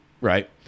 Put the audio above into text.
Right